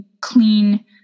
clean